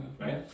right